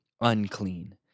unclean